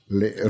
le